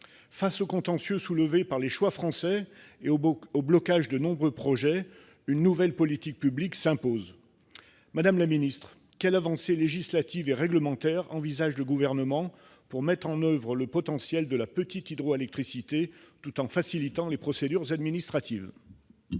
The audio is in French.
Face aux contentieux soulevés par les choix français et au blocage de nombreux projets, une nouvelle politique publique s'impose. Madame la secrétaire d'État, quelles avancées législatives et réglementaires le Gouvernement envisage-t-il pour mettre en oeuvre le potentiel de la petite hydroélectricité en facilitant les procédures administratives ?